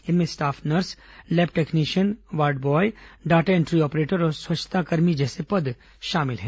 इनमें staff nurse lab technician ward boy data entry operator और स्वच्छताकर्मी जैसे पद शामिल हैं